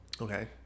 Okay